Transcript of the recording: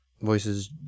Voices